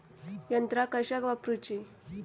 यंत्रा कशाक वापुरूची?